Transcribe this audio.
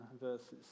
verses